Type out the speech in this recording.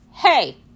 Hey